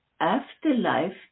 afterlife